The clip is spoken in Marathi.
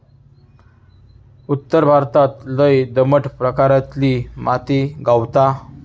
उत्तर भारतात लय दमट प्रकारातली माती गावता